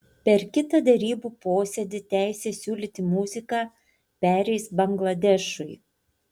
per kitą derybų posėdį teisė siūlyti muziką pereis bangladešui